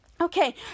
Okay